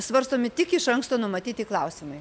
svarstomi tik iš anksto numatyti klausimai